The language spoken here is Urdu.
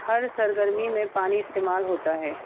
ہر سرگرمی میں پانی استعمال ہوتا ہے